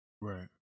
Right